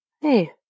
Hey